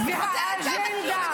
זו האג'נדה